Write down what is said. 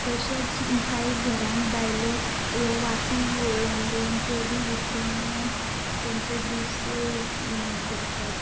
तशेंच कांय घरांत बायलो ह्यो वाती वोळून बिळून त्यो बी विकून तांचे दीस हें करतात